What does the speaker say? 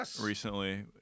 recently